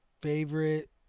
favorite